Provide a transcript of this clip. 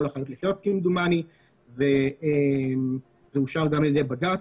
לחיות לחיות' כמדומני וזה אושר גם על ידי בג"צ.